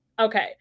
okay